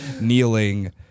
kneeling